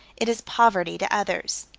it is poverty to others.